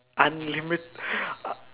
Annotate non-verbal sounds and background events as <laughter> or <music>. unlimit~ <breath>